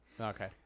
Okay